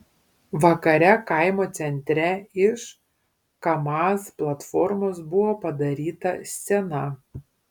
vakare kaimo centre iš kamaz platformos buvo padaryta scena